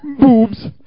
Boobs